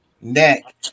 neck